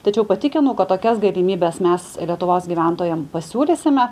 tačiau patikinu kad tokias galimybes mes lietuvos gyventojam pasiūlysime